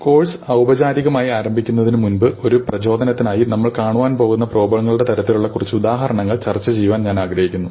course ഔപചാരികമായി ആരംഭിക്കുന്നതിന് മുമ്പ് ഒരു പ്രജോദനത്തിനായി നമ്മൾ കാണുവാൻ പോകുന്ന പ്രോബ്ലങ്ങളുടെ തരത്തിലുള്ള കുറച്ച് ഉദാഹരണങ്ങൾ ചർച്ചചെയ്യാൻ ഞാൻ ആഗ്രഹിക്കുന്നു